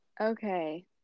Okay